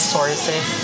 Sources